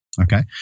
Okay